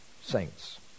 saints